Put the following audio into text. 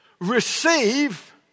receive